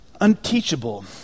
unteachable